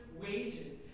wages